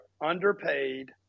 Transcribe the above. underpaid